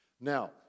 Now